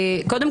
ללימוד עברית?